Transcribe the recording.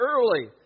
early